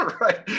right